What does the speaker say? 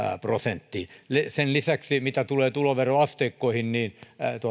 prosenttiin sen lisäksi mitä tulee tuloveroasteikkoihin